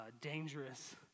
dangerous